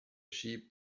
sheep